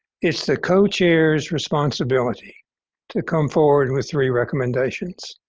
it's the co-chairs' responsibility to come forward with three recommendations.